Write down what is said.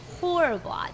horrible